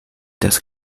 das